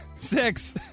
Six